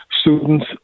students